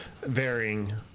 varying